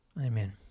Amen